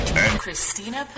Christina